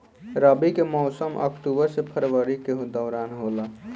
रबी के मौसम अक्टूबर से फरवरी के दौरान होला